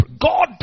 God